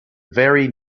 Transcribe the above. very